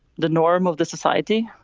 the norm of the society.